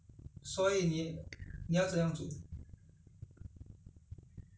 扣肉拿去闷拿去闷要闷那个肉